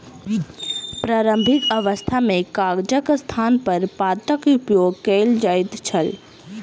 प्रारंभिक अवस्था मे कागजक स्थानपर पातक उपयोग कयल जाइत छल